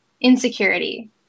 insecurity